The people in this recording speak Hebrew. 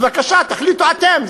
בבקשה, תחליטו אתם.